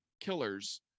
killers